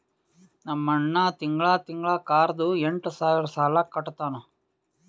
ನಮ್ ಅಣ್ಣಾ ತಿಂಗಳಾ ತಿಂಗಳಾ ಕಾರ್ದು ಎಂಟ್ ಸಾವಿರ್ ಸಾಲಾ ಕಟ್ಟತ್ತಾನ್